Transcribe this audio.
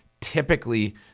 typically